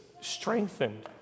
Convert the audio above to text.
strengthened